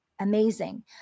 Amazing